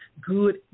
good